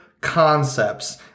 concepts